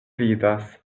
vidas